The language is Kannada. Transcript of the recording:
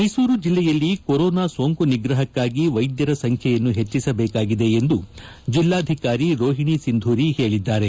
ಮೈಸೂರು ಜಿಲ್ಲೆಯಲ್ಲಿ ಕೊರೋನಾ ಸೋಂಕು ನಿಗ್ರಹಕ್ಕಾಗಿ ವೈದ್ಯರ ಸಂಖ್ಯೆಯನ್ನು ಪೆಜ್ಜಿಸಬೇಕಾಗಿದೆ ಎಂದು ಜಿಲ್ಲಾಧಿಕಾರಿ ರೋಹಿಣಿ ಸಿಂಧೂರಿ ಹೇಳಿದ್ದಾರೆ